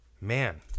man